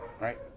right